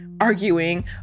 arguing